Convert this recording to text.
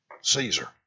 Caesar